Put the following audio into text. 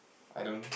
I don't